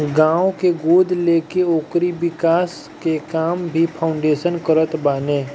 गांव के गोद लेके ओकरी विकास के काम भी फाउंडेशन करत बाने